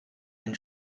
ein